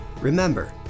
Remember